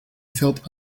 felt